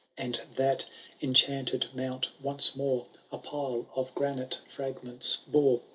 and that enchanted moimt once more a pile of granite fragments bore.